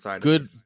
Good